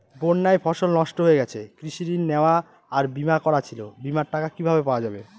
বন্যায় ফসল নষ্ট হয়ে গেছে কৃষি ঋণ নেওয়া আর বিমা করা ছিল বিমার টাকা কিভাবে পাওয়া যাবে?